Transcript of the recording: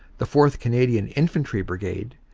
the fourth canadian infantry brigade,